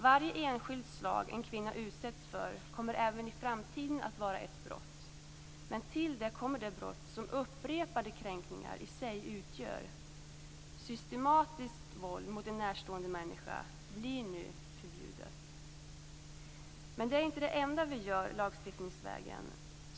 Varje enskilt slag en kvinna utsätts för kommer även i framtiden att vara ett brott, men till det kommer det brott som upprepade kränkningar i sig utgör. Systematiskt våld mot en närstående människa blir nu förbjudet. Men det är inte det enda vi gör lagstiftningsvägen.